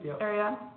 area